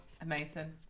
Amazing